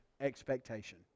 expectation